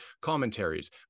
commentaries